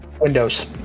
windows